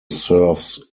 serves